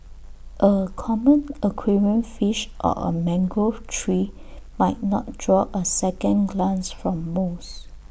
A common aquarium fish or A mangrove tree might not draw A second glance from most